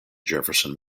jefferson